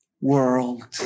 world